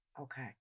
okay